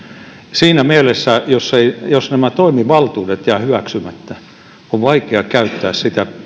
siinä mielessä jos nämä toimivaltuudet jäävät hyväksymättä jos jotakin sattuu on vaikeaa käyttää sitä